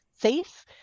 safe